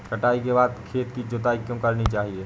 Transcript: कटाई के बाद खेत की जुताई क्यो करनी चाहिए?